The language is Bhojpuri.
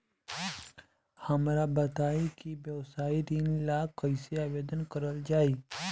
हमरा बताई कि व्यवसाय ऋण ला कइसे आवेदन करल जाई?